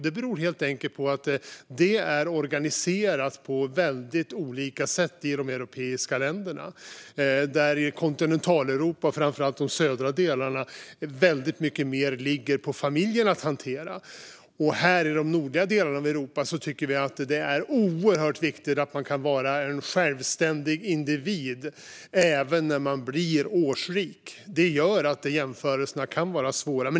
Det beror helt enkelt på att det är organiserat på väldigt olika sätt i de europeiska länderna. I Kontinentaleuropa och framför allt i de södra delarna ligger väldigt mycket mer på familjen att hantera. Här i de nordliga delarna av Europa tycker vi att det är oerhört viktigt att man kan vara en självständig individ även när man blir årsrik. Det gör att jämförelserna kan vara svåra.